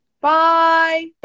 Bye